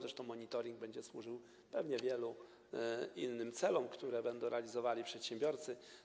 Zresztą monitoring będzie służył pewnie wielu innym celom, które będą realizowali przedsiębiorcy.